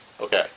Okay